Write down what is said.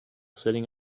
sitting